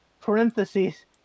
parentheses